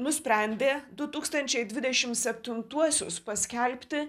nusprendė du tūkstančiai dvidešim septintuosius paskelbti